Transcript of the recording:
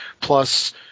Plus